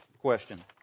question